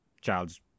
Child's